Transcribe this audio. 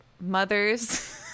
mother's